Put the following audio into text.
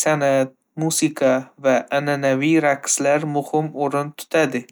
san'at, musiqa va an'anaviy raqslar muhim o'rin tutadi